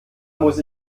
muss